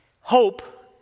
Hope